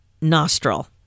nostril